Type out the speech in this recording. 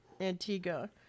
Antigua